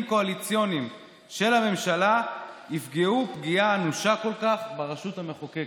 קואליציוניים של הממשלה יפגעו פגיעה אנושה כל כך ברשות המחוקקת".